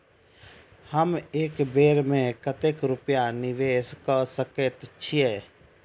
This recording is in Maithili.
हम एक बेर मे कतेक रूपया निवेश कऽ सकैत छीयै?